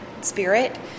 spirit